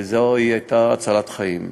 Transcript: שהייתה הצלת חיים.